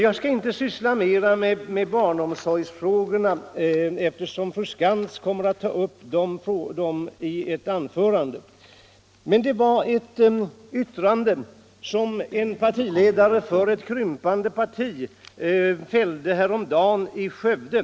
Jag skall inte syssla mer med barnomsorgsfrågorna, eftersom fru Skantz kommer att ta upp dem i sitt anförande. Men jag vill beröra ett yttrande, som partiledaren för ett krympande parti fällde häromdagen i Skövde.